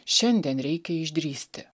šiandien reikia išdrįsti